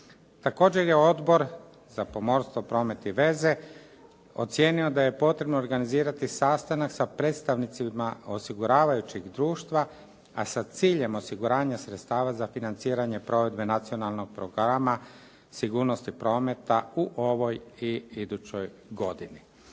Također je Odbor za pomorstvo, promet i veze ocijenio da je potrebno organizirati sastanak sa predstavnicima osiguravajućeg društva, a sa ciljem osiguranja sredstava za financiranje provedbe Nacionalnog programa sigurnosti prometa u ovoj i idućoj godini.